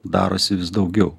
darosi vis daugiau